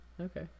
Okay